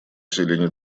зелени